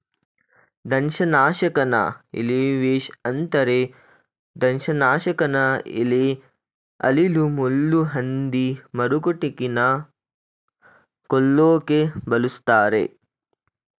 ದಂಶನಾಶಕನ ಇಲಿವಿಷ ಅಂತರೆ ದಂಶನಾಶಕನ ಇಲಿ ಅಳಿಲು ಮುಳ್ಳುಹಂದಿ ಮರಕುಟಿಕನ ಕೊಲ್ಲೋಕೆ ಬಳುಸ್ತರೆ